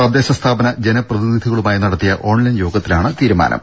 തദ്ദേശ സ്ഥാപന ജനപ്രതിനിധികളുമായി നടത്തിയ ഓൺലൈൻ യോഗത്തിലാണ് തീരുമാനം